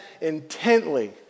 intently